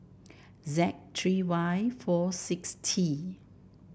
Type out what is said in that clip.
Z three Y four six T